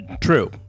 True